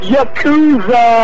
Yakuza